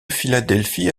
philadelphie